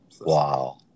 Wow